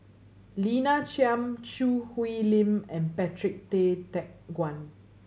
Lina Chiam Choo Hwee Lim and Patrick Tay Teck Guan